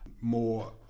more